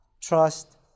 trust